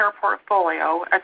portfolio